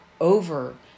over